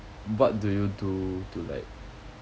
what do you do to like